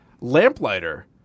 Lamplighter